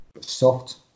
soft